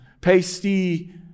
pasty